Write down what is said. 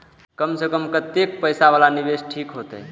कम से कम कतेक पैसा वाला निवेश ठीक होते?